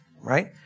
right